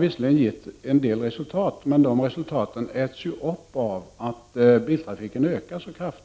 visserligen har givit en del resultat, men att dessa har ätits upp på grund av att biltrafiken ökar så kraftigt.